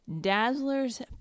Dazzler's